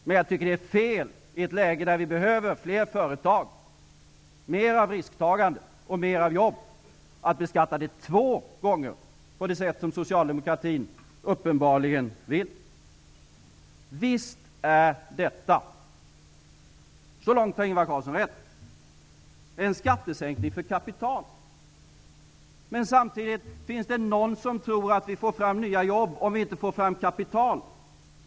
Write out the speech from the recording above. Men jag tycker att det är fel att i ett läge där vi behöver fler företag, mer av risktagande och fler jobb att beskatta det två gånger på det sätt som socialdemokratin uppenbarligen vill. Visst är detta -- så långt har Ingvar Carlsson rätt -- en skattesänkning för kapital. Men finns det någon som tror att vi får fram nya jobb om vi inte får fram kapital?